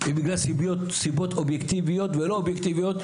היא בגלל סיבות אובייקטיביות ולא אובייקטיביות,